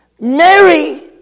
Mary